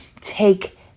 take